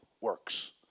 works